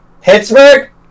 Pittsburgh